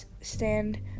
stand